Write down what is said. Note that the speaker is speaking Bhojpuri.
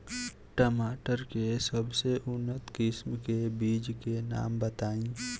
टमाटर के सबसे उन्नत किस्म के बिज के नाम बताई?